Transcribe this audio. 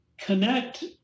connect